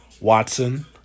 Watson